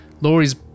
Laurie's